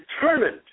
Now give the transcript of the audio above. determined